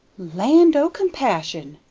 land o' compassion!